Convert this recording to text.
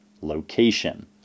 location